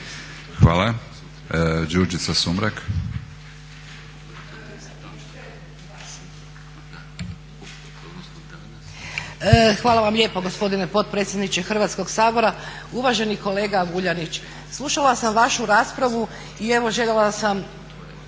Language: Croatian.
Đurđica (HDZ)** Hvala vam lijepo gospodine potpredsjedniče Hrvatskog sabora. Uvaženi kolega Vuljanić, slušala sam vašu raspravu i evo željela sam